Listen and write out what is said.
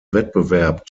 wettbewerb